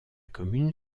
commune